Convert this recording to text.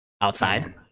outside